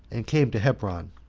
and came to hebron,